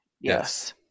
Yes